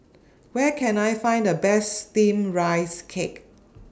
Where Can I Find The Best Steamed Rice Cake